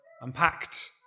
unpacked